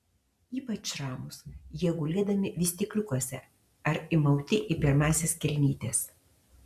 ypač ramūs jie gulėdami vystykliukuose ar įmauti į pirmąsias kelnytes